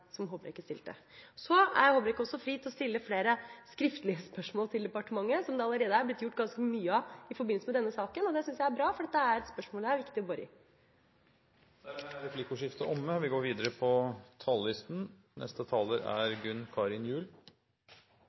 Håbrekke stilte. Håbrekke er også fri til å stille flere skriftlige spørsmål til departementet. Det er det allerede blitt gjort ganske mye av i forbindelse med denne saken, og det synes jeg er bra, for dette er et spørsmål det er viktig å bore i. Replikkordskiftet er omme. Både representanten Horne og